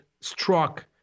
struck